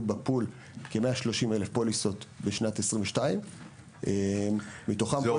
בפול כ-130,000 פוליסות בשנת 22'. זה